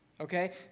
Okay